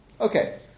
Okay